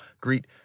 Greet